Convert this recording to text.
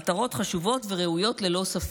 מטרות חשובות וראויות ללא ספק.